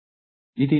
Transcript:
కాబట్టి ఇది 96